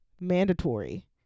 mandatory